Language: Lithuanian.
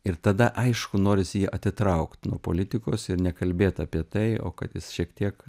ir tada aišku norisi jį atitraukt nuo politikos ir nekalbėt apie tai o kad jis šiek tiek